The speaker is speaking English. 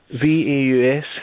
V-A-U-S